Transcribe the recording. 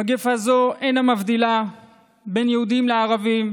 מגפה זו אינה מבדילה בין יהודים לערבים,